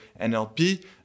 NLP